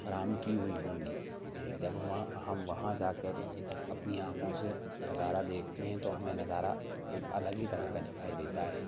فراہم کی ہوئی ہوں گی لیکن جب ہم وہاں ہم وہاں جا کر اپنی آنکھوں سے نظارہ دیکھتے ہیں تو ہمیں نظارہ ایک الگ ہی طرح کا دکھائی دیتا ہے